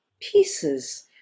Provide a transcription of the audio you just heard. pieces